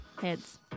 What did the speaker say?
Heads